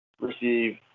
receive